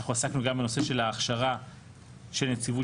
אנחנו עסקנו גם בנושא של ההכשרה של נציבות